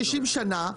60 שנה,